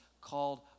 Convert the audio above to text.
called